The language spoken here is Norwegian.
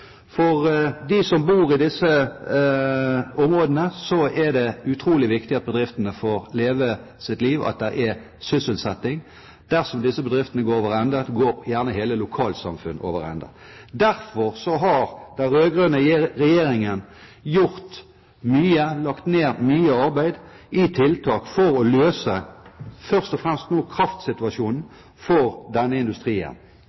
hvor de er lokalisert. Bedriftene gir arbeidsplasser, skaper liv i disse landsdelene og skaper også eksportinntekter for landet vårt. For dem som bor i disse områdene, er det utrolig viktig at bedriftene får leve sitt liv, at det er sysselsetting. Dersom disse bedriftene går over ende, går gjerne hele lokalsamfunn over ende. Derfor har den rød-grønne regjeringen gjort mye, lagt ned mye arbeid i tiltak for å